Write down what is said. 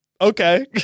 okay